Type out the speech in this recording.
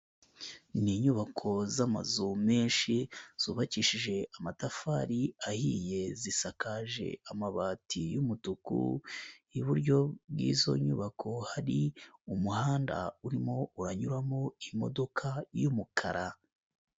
Ni inyubako z'amazu menshi, zubakishije amatafari ahiye, zisakaje amabati y'umutuku, iburyo bw'izo nyubako hari umuhanda, urimo uranyuramo imodoka y'umukara.